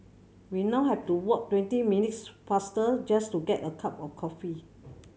we now have to walk twenty minutes farther just to get a cup of coffee